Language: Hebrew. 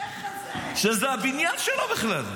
שזה הבניין שלו בכלל.